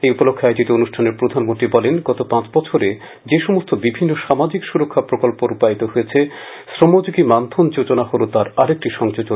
এই উপলক্ষে আয়োজিত অনুষ্ঠানে প্রধানমন্ত্রী বলেন গত পাঁচবছরে যে সমস্ত বিভিন্ন সামাজিক সুরক্ষা প্রকল্প রূপায়িত হয়েছে শ্রমযোগী মানধন যোজনা হল তার আরেকটি সংযোজন